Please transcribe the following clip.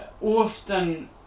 often